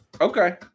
Okay